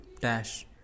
dash